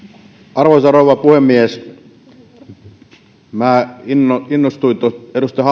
arvoisa rouva puhemies minä innostuin edustaja